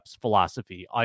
philosophy